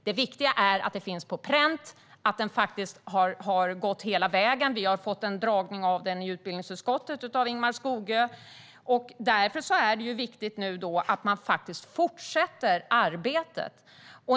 Det viktiga är att det nu finns på pränt och att utredningen har gått hela vägen - vi i utbildningsutskottet har fått en dragning av den av Ingemar Skogö. Därför måste man fortsätta med arbetet.